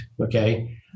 okay